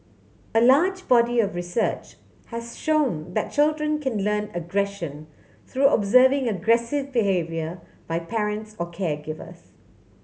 a large body of research has shown that children can learn aggression through observing aggressive behaviour by parents or caregivers